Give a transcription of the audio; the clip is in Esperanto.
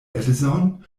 edzon